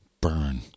Burn